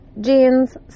jeans